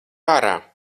ārā